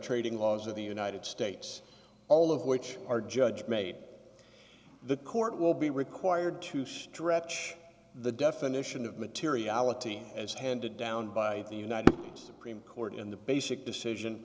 trading laws of the united states all of which are judge made the court will be required to stretch the definition of materiality as handed down by the united priem court in the basic decision